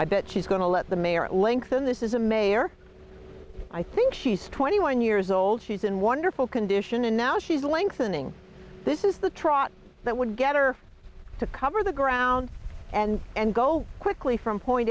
i bet she's going to let the mayor lengthen this is a mayor i think she's twenty one years old she's in wonderful condition and now she's lengthening this is the trot that would get her to cover the ground and and go quickly from point